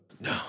No